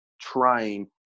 trying